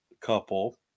couple